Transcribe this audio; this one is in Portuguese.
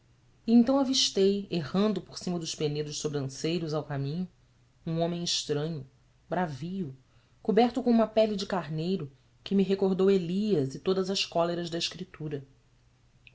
então avistei errando por cima dos penedos sobranceiros ao caminho um homem estranho bravio coberto com uma pele de carneiro que me recordou elias e todas as cóleras da escritura